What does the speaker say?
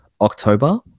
October